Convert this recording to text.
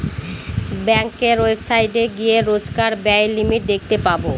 ব্যাঙ্কের ওয়েবসাইটে গিয়ে রোজকার ব্যায়ের লিমিট দেখতে পাবো